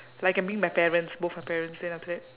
like can bring my parents both my parents then after that